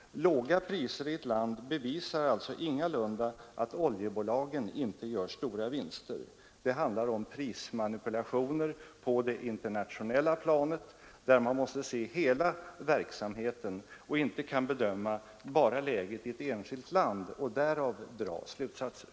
Låga priser i ett land bevisar alltså ingalunda att oljebolagen inte gör stora vinster. Det handlar om prismanipulationer på det internationella planet, där man måste se hela verksamheten och inte kan bedöma läget bara i ett enskilt land och därav dra slutsatser.